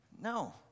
No